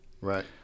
right